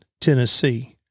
Tennessee